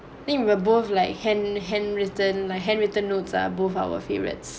think we were both like hand hand written like handwritten notes are both our favourites